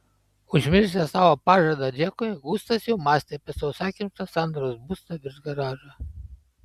užmiršęs savo pažadą džekui gustas jau mąstė apie sausakimšą sandros būstą virš garažo